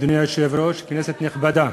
אדוני היושב-ראש, כנסת נכבדה,